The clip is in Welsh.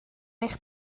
eich